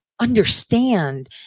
understand